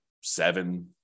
seven